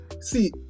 See